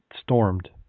stormed